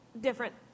different